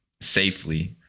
safely